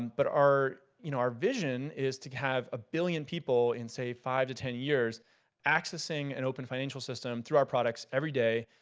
but our you know our vision is to have a billion people in say five to ten years accessing an open financial system through our products every day.